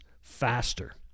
faster